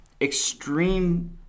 extreme